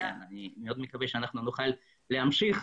אני מאוד מקווה שנוכל להמשיך